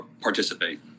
participate